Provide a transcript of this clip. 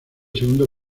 segundo